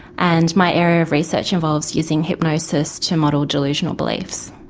and my area of research involves using hypnosis to model delusional beliefs.